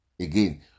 again